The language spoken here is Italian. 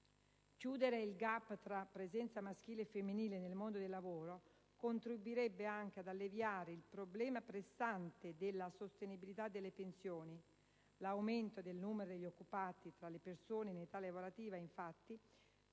Chiudere il *gap* tra presenza maschile e femminile nel mondo del lavoro contribuirebbe anche ad alleviare il problema pressante della sostenibilità delle pensioni: l'aumento del numero degli occupati fra le persone in età lavorativa, infatti,